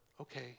Okay